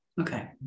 Okay